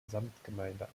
samtgemeinde